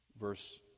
verse